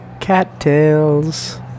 cattails